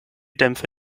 dämpfe